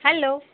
hello